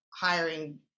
hiring